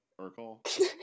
Urkel